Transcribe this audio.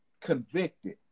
convicted